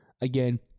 again